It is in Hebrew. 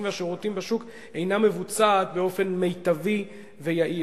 והשירותים בשוק אינה מבוצעת באופן מיטבי ויעיל.